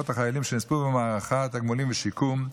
חיילים שנספו במערכה (תגמולים ושיקום),